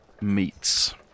meets